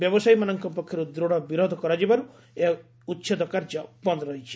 ବ୍ୟବସାୟୀମାନଙ୍କ ପକ୍ଷରୁ ଦୃତ୍ ବିରୋଧ କରାଯିବାରୁ ଏହି ଉଛେଦ କାର୍ଯ୍ୟ ବନ୍ଦ ରହିଛି